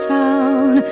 town